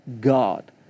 God